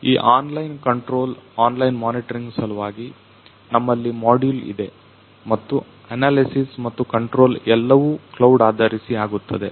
ಈ online control on line monitoring ಸಲುವಾಗಿ ನಮ್ಮಲ್ಲಿ ಮಾಡುಲ್ ಇದೆ ಮತ್ತು ಅನಲೈಸಿಸ್ ಮತ್ತು ಕಂಟ್ರೊಲ್ ಎಲ್ಲವೂ ಕ್ಲೌಡ್ ಆಧರಿಸಿ ಆಗುತ್ತದೆ